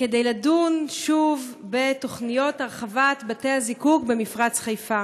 כדי לדון שוב בתוכניות הרחבת בתי-הזיקוק במפרץ חיפה,